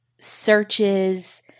searches